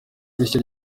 rishya